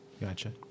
Gotcha